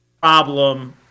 problem